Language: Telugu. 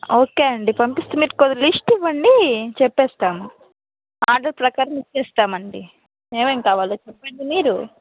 ఓకే అండి పంపిస్తా మీరు కొద్దిగా లిస్ట్ ఇవ్వండి చెప్పేస్తాము ఆర్డర్ ప్రకారం ఇచ్చేస్తామండి ఏమేమి కావాలో చెప్పండి మీరు